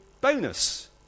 bonus